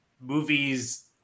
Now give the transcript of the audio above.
movies